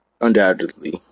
undoubtedly